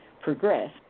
progress